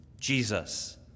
Jesus